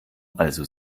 also